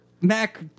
mac